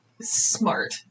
smart